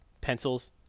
pencils